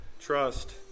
Trust